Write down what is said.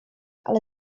ale